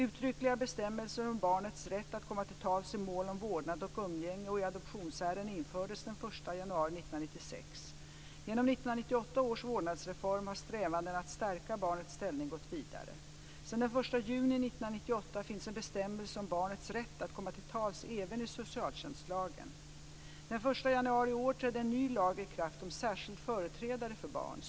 Uttryckliga bestämmelser om barnets rätt att komma till tals i mål om vårdnad och umgänge och i adoptionsärenden infördes den 1 januari 1996. Genom 1998 års vårdnadsreform har strävandena att stärka barnets ställning gått vidare. Sedan den 1 juni 1998 finns en bestämmelse om barnets rätt att komma till tals även i socialtjänstlagen. Den 1 januari i år trädde en ny lag i kraft om särskild företrädare för barn.